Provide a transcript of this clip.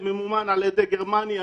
שממומן על ידי גרמניה,